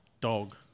dog